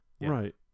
Right